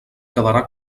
quedarà